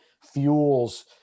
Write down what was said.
fuels